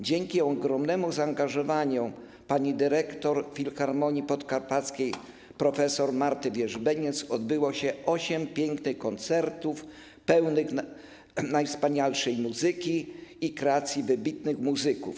Dzięki ogromnemu zaangażowaniu pani dyrektor Filharmonii Podkarpackiej prof. Marty Wierzbieniec odbyło się osiem pięknych koncertów, pełnych najwspanialszej muzyki i kreacji wybitnych muzyków.